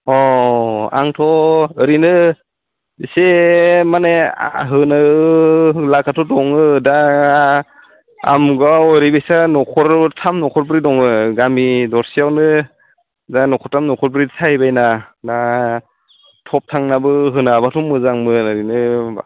अ आंथ' ओरैनो एसे माने होनो लागाथ' दङ दा आमुगाव ओरैबायसा न'खर थाम न'खरब्रै दङ गामि दरसेयावनो दा न'खरथाम न'खरब्रै जाहैबाय ना दा थब थांनाबो होनो हाबाथ' मोजांमोन ओरैनो